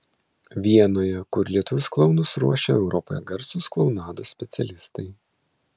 vienoje kur lietuvius klounus ruošia europoje garsūs klounados specialistai